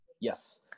yes